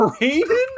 Raven